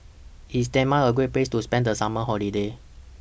IS Denmark A Great Place to spend The Summer Holiday